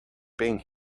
being